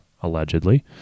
allegedly